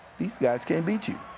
these guys can't beat you.